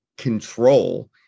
control